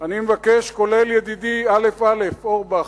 אני מבקש, כולל ידידי א"א, אורבך,